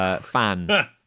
fan